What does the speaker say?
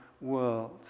world